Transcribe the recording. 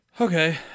Okay